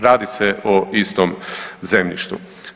Radi se o istom zemljištu.